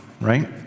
right